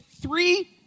three